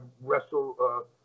wrestle